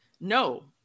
No